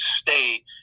stay